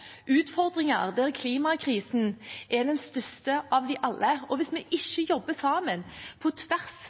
utfordringer, der klimakrisen er den største av de alle. Hvis vi ikke jobber sammen på tvers